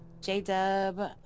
J-Dub